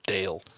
Dale